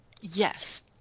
Yes